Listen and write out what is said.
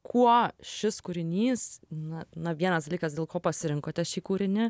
kuo šis kūrinys na na vienas dalykas dėl ko pasirinkote šį kūrinį